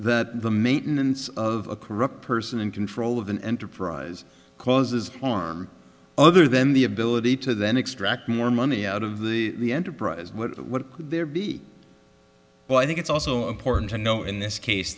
that the maintenance of a corrupt person in control of an enterprise causes harm other than the ability to then extract more money out of the enterprise what would there be well i think it's also important to know in this case